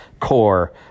core